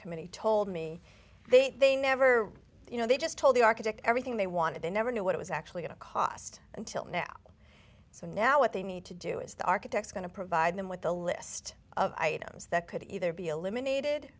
committee told me they never you know they just told the architect everything they wanted they never knew what it was actually at a cost until now so now what they need to do is the architect's going to provide them with a list of items that could either be eliminated